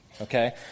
okay